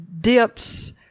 dips